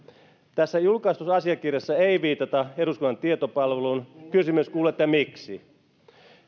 tässä julkaistussa asiakirjassa ei viitata eduskunnan tietopalveluun kysymys kuuluu miksi